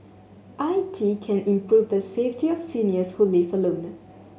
I T can improve the safety of seniors who live alone